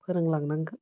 फोरोंलांनांगोन